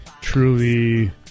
truly